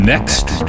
Next